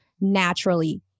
naturally